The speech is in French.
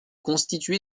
constitué